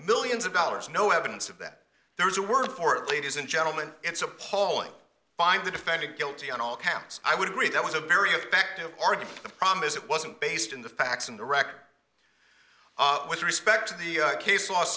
millions of dollars no evidence of that there's a word for it ladies and gentlemen it's appalling find the defendant guilty on all counts i would agree that was a very effective argument the problem is it wasn't based on the facts in the record with respect to the case l